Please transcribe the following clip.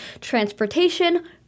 transportation